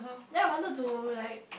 then I wanted to like